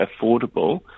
affordable